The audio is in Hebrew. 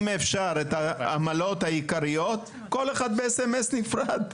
אם אפשר את העמלות העיקריות כל אחד ב-S.M.S נפרד.